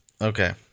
Okay